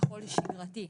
כביכול שגרתי,